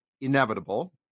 inevitable